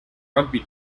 rugby